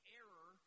error